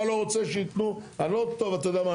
אתה לא רוצה שייתנו, טוב, אתה יודע מה?